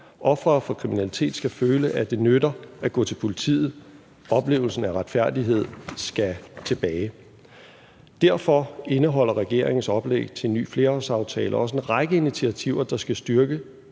Ofre for kriminalitet skal føle, at det nytter at gå til politiet. Oplevelsen af retfærdighed skal tilbage. Derfor indeholder regeringens oplæg til en ny flerårsaftale også en række initiativer, der skal styrke